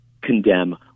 condemn